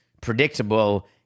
predictable